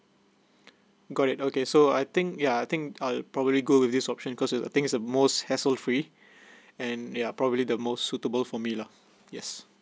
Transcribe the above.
got it okay so I think yeah I think I'll probably go with this option cause uh things uh most hassle free and yeah probably the most suitable for me lah yes